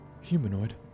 Humanoid